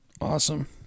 awesome